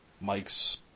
Mike's